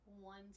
one